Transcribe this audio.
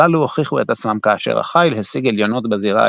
הללו הוכיחו את עצמם כאשר החיל השיג עליונות בזירה